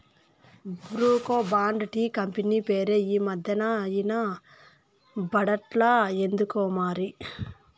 Brooke Bond tea company పేరే ఈ మధ్యనా ఇన బడట్లా ఎందుకోమరి